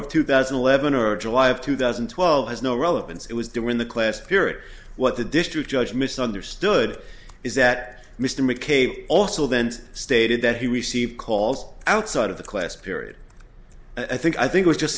of two thousand and eleven or july of two thousand and twelve has no relevance it was during the class period what the district judge misunderstood is that mr mckay also then stated that he received calls outside of the class period i think i think was just